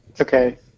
Okay